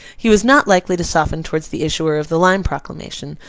he was not likely to soften towards the issuer of the lyme proclamation,